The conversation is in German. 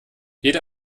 jede